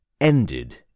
ended